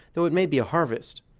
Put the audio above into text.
though it may be a harvest.